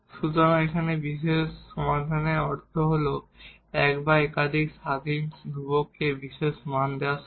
সুতরাং এখানে বিশেষ সমাধানের অর্থ হল এক বা একাধিক ইন্ডিপেন্ডেট ধ্রুবককে বিশেষ মান দেওয়া সমাধান